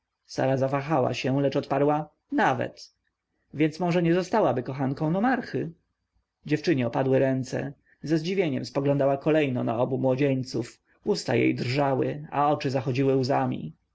sara zawahała się lecz odparła nawet więc może nie zostałaby kochanką nomarchy dziewczynie opadły ręce ze zdziwieniem spoglądała kolejno na obu młodzieńców usta jej drżały a oczy zachodziły łzami